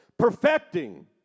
perfecting